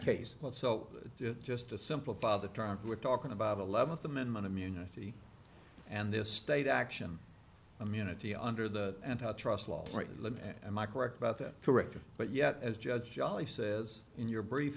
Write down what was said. so just to simplify the trunk we're talking about eleventh amendment immunity and this state action immunity under the antitrust law right lynn am i correct about that correct but yet as judge jolly says in your brief